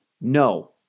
no